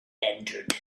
entered